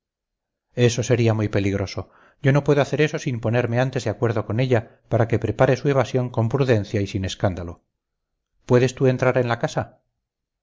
eso sería muy peligroso yo no puedo hacer eso sin ponerme antes de acuerdo con ella para que prepare su evasión con prudencia y sin escándalo puedes tú entrar en la casa